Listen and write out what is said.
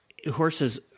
Horses